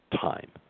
time